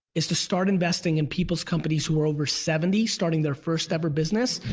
is to start investing in people's companies who are over seventy starting their first ever business,